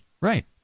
Right